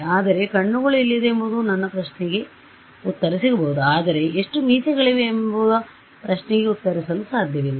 ಆದರೆ ಕಣ್ಣುಗಳು ಎಲ್ಲಿದೆ ಎಂಬ ನನ್ನ ಪ್ರಶ್ನೆಗೆ ಉತ್ತರ ಸಿಗಬಹುದು ಆದರೆ ಎಷ್ಟು ಮೀಸೆಗಳಿವೆ ಎಂಬ ಈ ಪ್ರಶ್ನೆಗೆ ಉತ್ತರಿಸಲು ಸಾಧ್ಯವಿಲ್ಲ